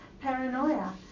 paranoia